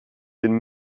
den